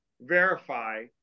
verify